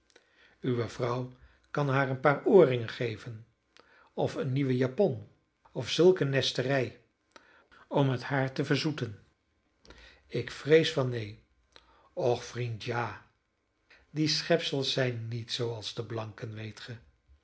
uwe vrouw kan haar een paar oorringen geven of eene nieuwe japon of zulke nesterij om het haar te verzoeten ik vrees van neen och vriend ja die schepsels zijn niet zooals de blanken weet